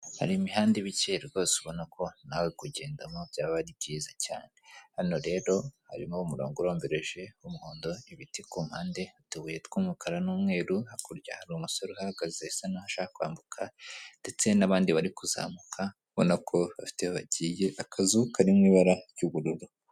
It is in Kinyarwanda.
Hari imihanda ibike rwose ubona ko nawe kugendamo byaba ari byiza cyane hano rero harimo umurongo urombereje w'umuhondo ibiti ku mpande utubuye tw'umukara n'umweru hakurya hari umusore uhagaze sinasha kwambuka ndetse n'abandi bari kuzamuka mbona ko bafite bagiye, akazu kari mu ibara ry'ubururu.